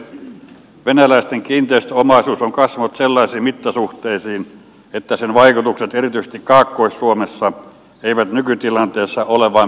venäläisten kiinteistöomaisuus on kasvanut sellaisiin mittasuhteisiin että sen vaikutukset erityisesti kaakkois suomessa eivät nykytilanteessa ole vain positiivisia